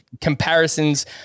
comparisons